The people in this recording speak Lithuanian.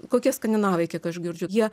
kokie skandinavai kiek aš girdžiu jie